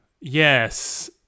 Yes